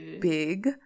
big